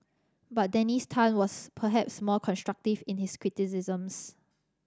but Dennis Tan was perhaps more constructive in his criticisms